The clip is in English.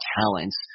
talents